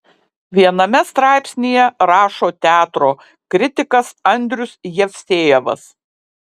viename straipsnyje rašo teatro kritikas andrius jevsejevas